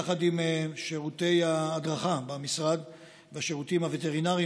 יחד עם שירותי ההדרכה במשרד והשירותים הווטרינריים,